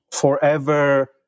forever